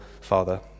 father